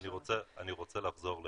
אני רוצה לחזור לבוב,